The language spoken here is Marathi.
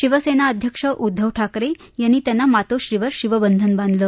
शिवसेना अध्यक्ष उद्दव ठाकरे यांनी त्यांना मातोश्रीवर शिवबंधन बांधले